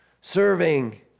Serving